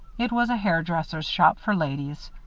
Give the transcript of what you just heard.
it was a hair-dresser's shop for ladies.